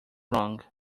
wrong